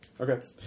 Okay